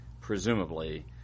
presumably –